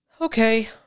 okay